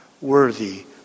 worthy